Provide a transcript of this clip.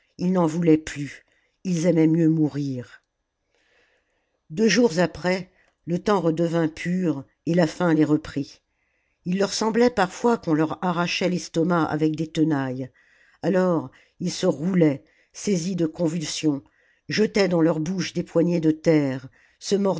ils n'en voulaient plus ils aimaient mieux mourir deux jours après le temps redevint pur et la faim les reprit il leur semblait parfois qu'on leur arrachait l'estomac avec des tenailles alors ils se roulaient saisis de convulsions jetaient dans leur bouche des poignées de terre se